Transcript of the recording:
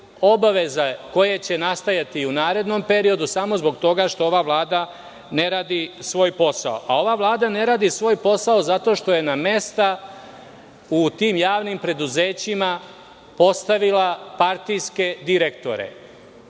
obaveze koje će nastajati i u narednom periodu, samo zbog toga što ova Vlada ne radi svoj posao. Ova Vlada ne radi svoj posao zato što je na mesta u tim javnim preduzećima postavila partijske direktore,